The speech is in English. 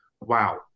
wow